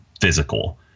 physical